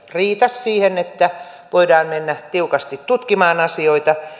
riitä siihen että voidaan mennä tiukasti tutkimaan asioita